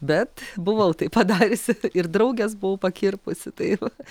bet buvau tai padariusi ir drauges buvo pakirpusi tai va